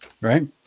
Right